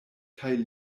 kaj